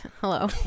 Hello